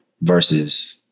Versus